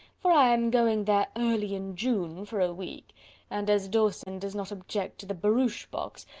for i am going there early in june, for a week and as dawson does not object to the barouche-box,